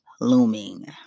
looming